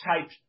type